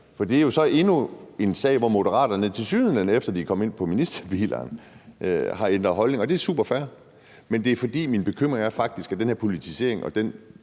For det er så endnu en sag, hvor Moderaterne tilsyneladende, efter at de er kommet ind i ministerbilerne, har ændret holdning. Og det er superfair. Men min bekymring er faktisk, at den her politisering, som